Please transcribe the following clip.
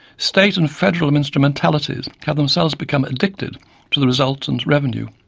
state and federal instrumentalities have themselves become addicted to the resultant revenue,